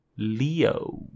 leo